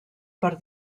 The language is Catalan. per